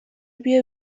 بیا